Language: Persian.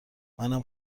منم